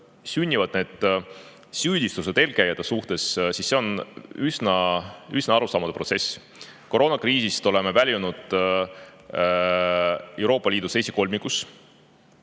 sünnivad need süüdistused eelkäijate suhtes, siis see on üsna arusaamatu protsess. Koroonakriisist väljusime Euroopa Liidu esikolmikus.